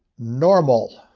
normal.